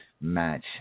match